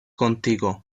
contigo